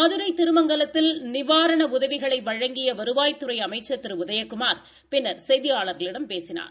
மதுரை திருமங்கலத்தில் நிவாரண உதவிகளை வழங்கிய வருவாய்த்துறை அமைச்சள் திரு உதயகுமார் பின்னா் செய்தியாளர்களிடம் பேசினார்